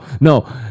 no